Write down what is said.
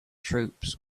troops